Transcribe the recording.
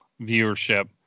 viewership